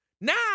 Now